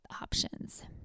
options